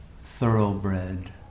thoroughbred